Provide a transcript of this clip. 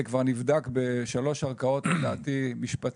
זה כבר נבדק בשלוש ערכאות משפטיות,